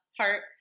heart